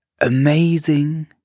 amazing